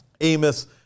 Amos